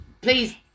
Please